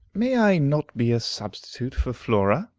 may i not be a substitute for flora?